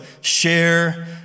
share